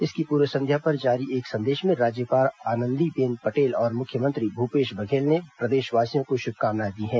इसकी पूर्व संध्या पर जारी एक संदेश में राज्यपाल आनंदीबेन पटेल और मुख्यमंत्री भूपेश बघेल ने प्रदेशवासियों को शुभकामनाएं दी हैं